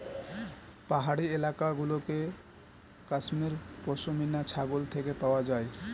পাহাড়ি এলাকা গুলোতে কাশ্মীর পশমিনা ছাগল থেকে পাওয়া যায়